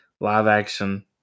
live-action